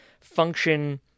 function